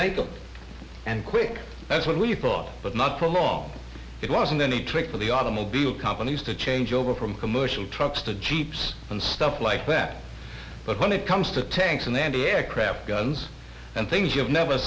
make them and quick that's what we thought but not for long it wasn't any trick for the automobile companies to change over from commercial trucks to jeeps and stuff like that but when it comes to tanks and anti aircraft guns and things you've never